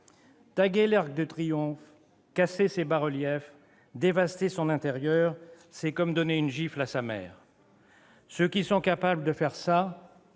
Taguer l'Arc de Triomphe, casser ses bas-reliefs, dévaster son intérieur, c'est comme donner une gifle à sa mère. Ceux qui sont capables de faire ça,